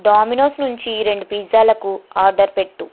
dominoes నుంచి రెండు పిజ్జాలకు ఆర్డర్ పెట్టు